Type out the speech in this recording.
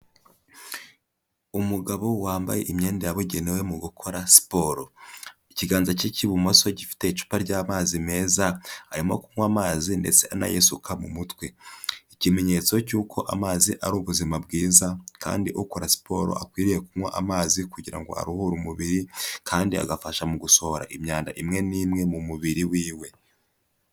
Umugabo wambaye imyenda yabugenewe mu gukora siporo, ikiganza cye cy'ibumoso gifite icupa ry'amazi meza, arimo kunywa amazi ndetse anayisuka mu mutwe, ikimenyetso cy'uko amazi ari ubuzima bwiza, kandi ukora siporo akwiriye kunywa amazi kugira ngo aruhure umubiri, kandi agafasha mu gusohora imyanda imwe n'imwe mu mubiri wiwe.